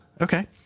Okay